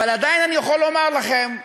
אבל עדיין אני יכול לומר לכם,